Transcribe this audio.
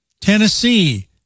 Tennessee